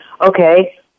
Okay